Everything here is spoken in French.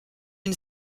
une